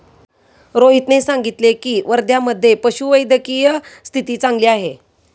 रोहितने सांगितले की, वर्ध्यामधे पशुवैद्यकीय स्थिती चांगली आहे